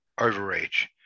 overreach